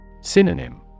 Synonym